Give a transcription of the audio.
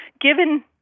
given